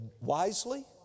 wisely